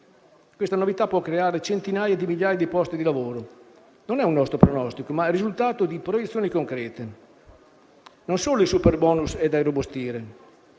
Questa novità può creare centinaia di migliaia di posti di lavoro. Non è un nostro pronostico, ma il risultato di proiezioni concrete. Non solo il superbonus è da irrobustire,